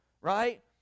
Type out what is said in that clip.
right